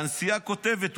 והנשיאה כותבת,